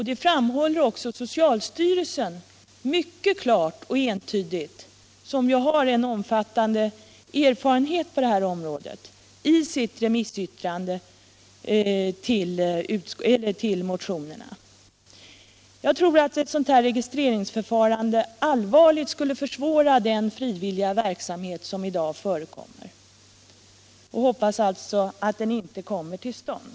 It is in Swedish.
Det framhåller också socialstyrelsen, som ju har en omfattande erfarenhet på det här området, mycket klart och entydigt i sitt remissyttrande till motionerna. Jag tror att ett sådant registreringsförfarande allvarligt skulle försvåra den frivilliga verksamhet som i dag förekommer och hoppas alltså att den inte kommer till stånd.